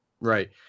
Right